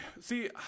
See